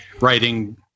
writing